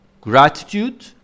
gratitude